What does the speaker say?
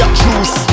juice